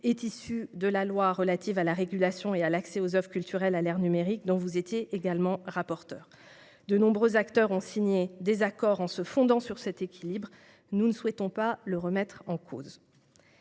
est issu de la loi relative à la régulation et à la protection de l'accès aux oeuvres culturelles à l'ère numérique, dont vous étiez également rapporteur, monsieur Hugonet. De nombreux acteurs ont signé des accords en se fondant sur cet équilibre. Nous ne souhaitons pas le remettre en cause.